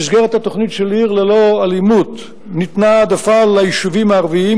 במסגרת התוכנית "עיר ללא אלימות" ניתנה העדפה ליישובים הערביים,